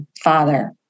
father